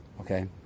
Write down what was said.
okay